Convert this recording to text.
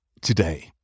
today